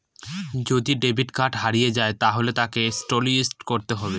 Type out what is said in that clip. যদি debit card হারিয়ে যায় তাহলে তাকে টলিস্ট করাতে হবে